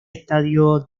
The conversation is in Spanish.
estadio